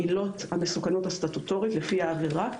עילות המסוכנות הסטטוטורית לפי העבירה,